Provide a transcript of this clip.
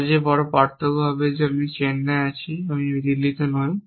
সবচেয়ে বড় পার্থক্য হবে যে আমি চেন্নাইতে আছি আমি দিল্লিতে নেই